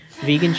vegan